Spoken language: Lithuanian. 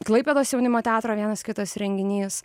klaipėdos jaunimo teatro vienas kitas renginys